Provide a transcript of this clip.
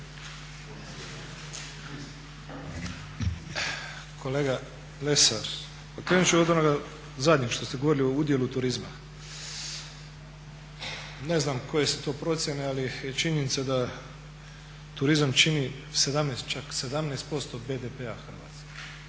Kolega Lesar, pa krenut ću od onoga zadnjeg što ste govorili o udjelu turizma. ne znam koje su to procjene ali je činjenica da turizam čini čak 17% BDP-a Hrvatske,